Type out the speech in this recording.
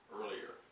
earlier